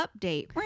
update